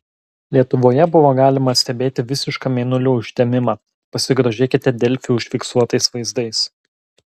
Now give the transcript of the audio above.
lietuvoje buvo galima stebėti visišką mėnulio užtemimą pasigrožėkite delfi užfiksuotais vaizdais